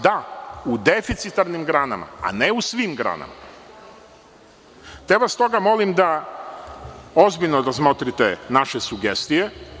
Da, u deficitarnim granama, a ne u svim granama, te vas stoga molim da ozbiljno razmotrite naše sugestije.